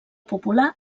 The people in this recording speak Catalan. popular